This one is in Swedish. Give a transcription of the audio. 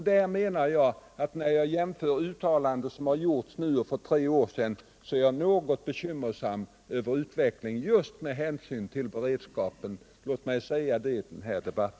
När jag jämför stabernas uttalanden som har gjorts nu och för tre år sedan blir jag något bekymrad över utvecklingen just med hänsyn till beredskapen — låt mig säga det i denna debatt.